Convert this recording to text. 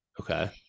Okay